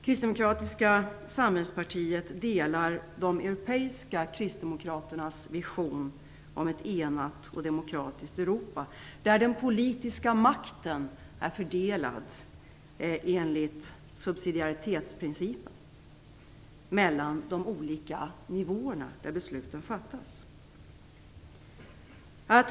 Kristdemokratiska samhällspartiet delar de europeiska kristdemokraternas vision om ett enat och demokratiskt Europa där den politiska makten är fördelad enligt subsidiaritetsprincipen mellan de olika nivåer där besluten fattas.